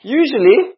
usually